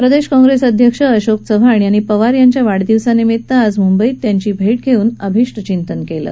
प्रदेश काँग्रेस अध्यक्ष अशोक चव्हाण यांनी पवार यांच्या वाढदिवसानिमित्त आज मुंबईत त्यांची भेट घेऊन अभिष्टचिंतन केलं